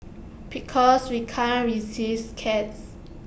because we can't resist cats